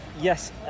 yes